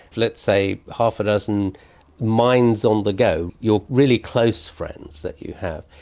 let's say, half a dozen minds on the go, your really close friends that you have.